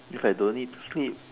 if I don't need to sleep